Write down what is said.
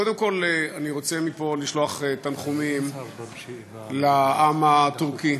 קודם כול, אני רוצה מפה לשלוח תנחומים לעם הטורקי